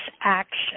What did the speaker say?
action